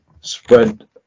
spread